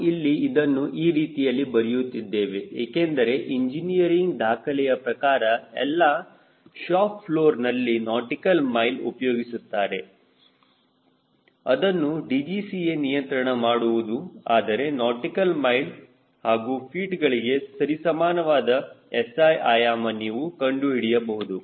ನಾವು ಇಲ್ಲಿ ಇದನ್ನು ಈ ರೀತಿಯಲ್ಲಿ ಬರೆಯುತ್ತಿದ್ದೇವೆ ಏಕೆಂದರೆ ಇಂಜಿನಿಯರಿಂಗ್ ದಾಖಲೆಯ ಪ್ರಕಾರ ಎಲ್ಲಾ ಶಾಪ್ ಫ್ಲೋರ್ನಲ್ಲಿ ನಾಟಿಕಲ್ ಮೈಲ್ ಉಪಯೋಗಿಸುತ್ತಾರೆ ಅದನ್ನು DGCA ನಿಯಂತ್ರಣ ಮಾಡುವುದು ಆದರೆ ನಾಟಿಕಲ್ ಮೈಲ್ ಹಾಗೂ ಫೀಟ್ ಗಳಿಗೆ ಸರಿಸಮಾನವಾದ SI ಆಯಾಮ ನೀವು ಕಂಡುಹಿಡಿಯಬಹುದು